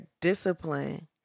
discipline